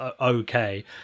okay